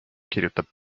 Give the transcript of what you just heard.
kirjutab